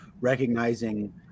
recognizing